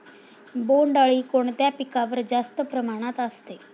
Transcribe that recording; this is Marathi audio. बोंडअळी कोणत्या पिकावर जास्त प्रमाणात असते?